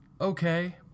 okay